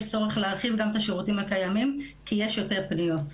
יש צורך להרחיב גם את השירותים הקיימים כי יש יותר פניות.